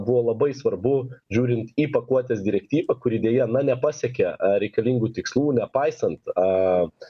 buvo labai svarbu žiūrint į pakuotės direktyvą kuri deja na nepasiekė a reikalingų tikslų nepaisant a